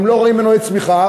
הם לא רואים מנועי צמיחה.